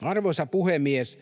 Arvoisa puhemies!